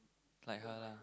like her lah